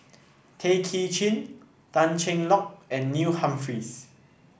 Tay Kay Chin Tan Cheng Lock and Neil Humphreys